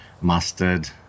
mustard